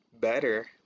Better